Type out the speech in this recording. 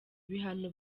bihano